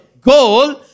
goal